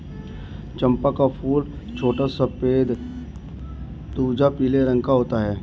चंपा का फूल छोटा सफेद तुझा पीले रंग का होता है